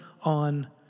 on